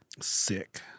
Sick